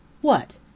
What